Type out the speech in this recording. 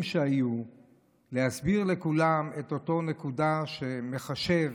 שהיו להסביר לכולם את הנקודה שמחשב,